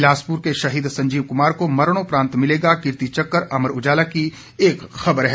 बिलासपुर के शहीद संजीव कुमार को मरणोपरांत मिलेगा कीर्ति चक अमर उजाला की एक खबर है